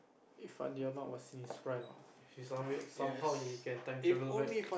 if Fandi-Ahmad was in his prime ah if he's some weird somehow he can time travel back